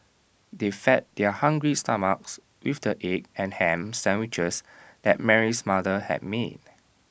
they fed their hungry stomachs with the egg and Ham Sandwiches that Mary's mother had made